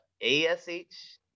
A-S-H